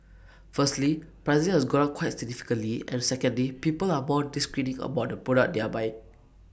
firstly pricing has gone up quite significantly and secondly people are more discerning about the product they are buying